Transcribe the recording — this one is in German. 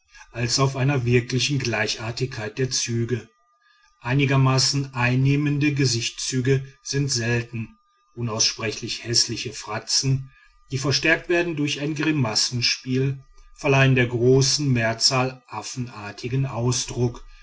als auf einer wirklichen gleichartigkeit der züge einigermaßen einnehmende gesichtszüge sind selten unaussprechlich häßliche fratzen die verstärkt werden durch ein grimassenspiel verleihen der großen mehrzahl affenartigen ausdruck